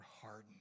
hardened